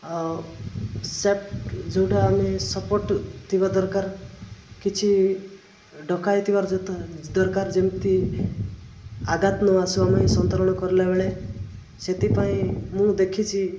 ଆଉ ସେଫ୍ ଯେଉଁଟା ଆମେ ସପୋର୍ଟ ଥିବା ଦରକାର କିଛି ଡକାଇଥିବା ଦରକାର ଯେମିତି ଆଘାତ ନ ଆସୁ ଆମେ ସନ୍ତରଣ କରିଲା ବେଳେ ସେଥିପାଇଁ ମୁଁ ଦେଖିଛି